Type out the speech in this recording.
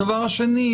הדבר השני,